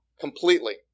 completely